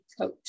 coach